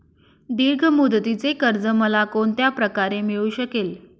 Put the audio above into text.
दीर्घ मुदतीचे कर्ज मला कोणत्या प्रकारे मिळू शकेल?